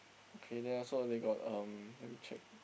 okay then also they got um let me check